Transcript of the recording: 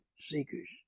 seekers